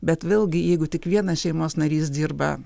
bet vėlgi jeigu tik vienas šeimos narys dirba